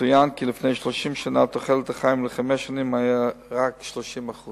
יצוין כי לפני 30 שנה תוחלת חיים של חמש שנים היתה רק ל-30%.